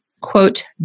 quote